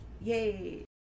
yay